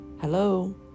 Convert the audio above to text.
hello